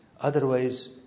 Otherwise